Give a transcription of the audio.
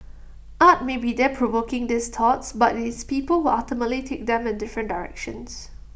art may be there provoking these thoughts but IT is people who ultimately take them in different directions